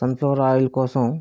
sun flower oil కోసం